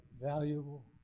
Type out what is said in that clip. valuable